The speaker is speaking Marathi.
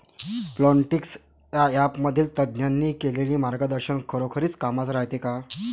प्लॉन्टीक्स या ॲपमधील तज्ज्ञांनी केलेली मार्गदर्शन खरोखरीच कामाचं रायते का?